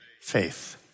Faith